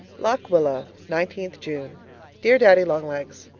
lock willow, nineteenth june dear daddy-long-legs,